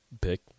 pick